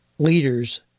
leaders